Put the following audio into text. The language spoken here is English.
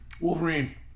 Wolverine